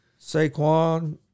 Saquon